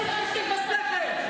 חברת הכנסת מרב מיכאלי.